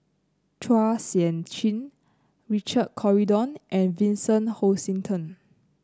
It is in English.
Chua Sian Chin Richard Corridon and Vincent Hoisington